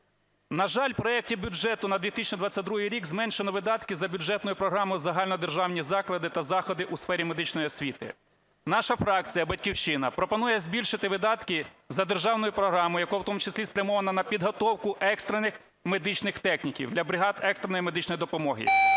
На жаль, в проекті бюджету на 2022 рік зменшено видатки за бюджетною програмою "Загальнодержавні заклади та заходи у сфері медичної освіти". Наша фракція "Батьківщина" пропонує збільшити видатки за державною програмою, яка в тому числі спрямована на підготовку екстрених медичних техніків для бригад екстреної медичної допомоги.